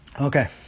Okay